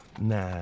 Nah